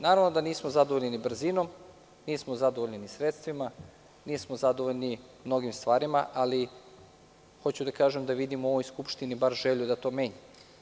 Naravno, nismo zadovoljni brzinom, nismo zadovoljni ni sredstvima, ni mnogim stvarima, ali hoću da kažem da vidim u ovoj Skupštini bar želju da to menjam.